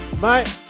Bye